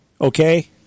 okay